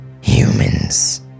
humans